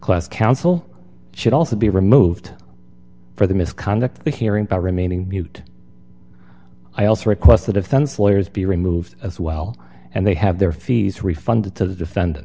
class counsel should also be removed for the misconduct the hearing by remaining mute i also request the defense lawyers be removed as well and they have their fees refunded to the de